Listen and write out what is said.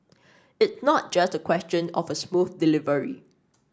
it not just a question of a smooth delivery